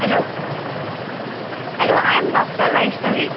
hello hello I am doctor Vaishnavi